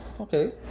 okay